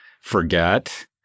forget